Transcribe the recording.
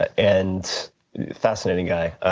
and fascinating guy,